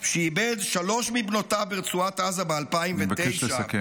שאיבד שלוש מבנותיו ברצועת עזה ב-2009 --- אני מבקש לסכם.